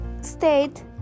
state